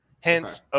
hence